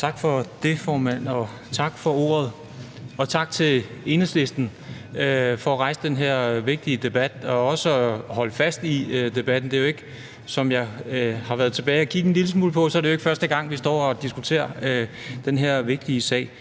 Tak for det, formand, tak for ordet, og tak til Enhedslisten for at rejse den her vigtige debat og også at holde fast i debatten. Det er jo, som jeg har været tilbage at kigge en lille smule på, ikke første gang, vi står og diskuterer den her vigtige sag,